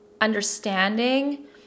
understanding